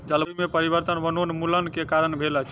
जलवायु में परिवर्तन वनोन्मूलन के कारण भेल अछि